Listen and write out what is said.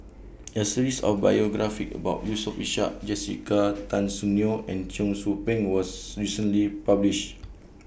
A series of biographies about Yusof Ishak Jessica Tan Soon Neo and Cheong Soo Pieng was recently published